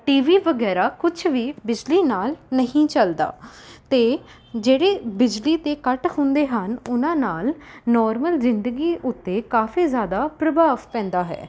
TV ਵਗੈਰਾ ਕੁਛ ਵੀ ਬਿਜਲੀ ਨਾਲ ਨਹੀਂ ਚੱਲਦਾ ਅਤੇ ਜਿਹੜੇ ਬਿਜਲੀ ਦੇ ਕੱਟ ਹੁੰਦੇ ਹਨ ਉਹਨਾਂ ਨਾਲ ਨੋਰਮਲ ਜ਼ਿੰਦਗੀ ਉੱਤੇ ਕਾਫੀ ਜ਼ਿਆਦਾ ਪ੍ਰਭਾਵ ਪੈਂਦਾ ਹੈ